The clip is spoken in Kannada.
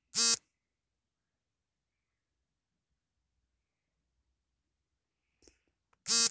ಮೊಟ್ಟೆಗಳು ಲಾರ್ವಾಗಳಾಗಿ ಹೊರಬರಲು ಹದಿನಾಲ್ಕುದಿನ ಬೇಕು ಇದು ನಿರಂತರವಾಗಿ ತಿನ್ನುತ್ತದೆ